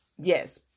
Yes